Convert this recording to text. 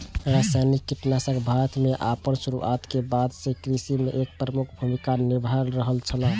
रासायनिक कीटनाशक भारत में आपन शुरुआत के बाद से कृषि में एक प्रमुख भूमिका निभाय रहल छला